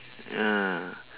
ya